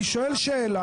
אני שואל שאלה,